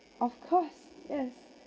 of course yes